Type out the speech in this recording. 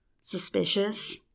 suspicious